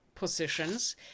Positions